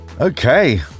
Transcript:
Okay